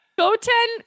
Goten